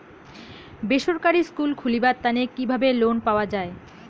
বেসরকারি স্কুল খুলিবার তানে কিভাবে লোন পাওয়া যায়?